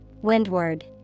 Windward